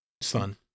Son